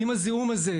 אם הזיהום הזה,